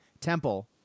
temple